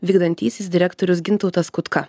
vykdantysis direktorius gintautas kutka